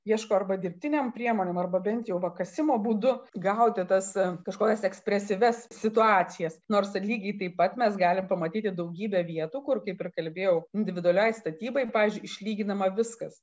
ieško arba dirbtinėm priemonėm arba bent jau va kasimo būdu gauti tas kažkokias ekspresyvias situacijas nors lygiai taip pat mes galim pamatyti daugybę vietų kur kaip ir kalbėjau individualiai statybai pavyzdžiui išlyginama viskas